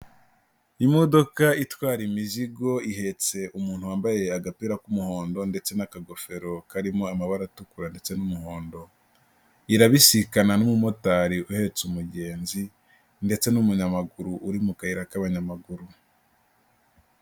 Imodoka itwara imizigo ihetse umuntu wambaye agapira k'umuhondo ndetse n'akagofero karimo amabara atukura ndetse n'umuhondo, irabisikana n'umumotari uhetse umugenzi ndetse n'umunyamaguru uri mu kayira k'abanyamaguru.